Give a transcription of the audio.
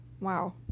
Wow